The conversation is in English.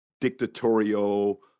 dictatorial